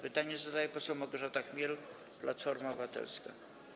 Pytanie zadaje poseł Małgorzata Chmiel, Platforma Obywatelska.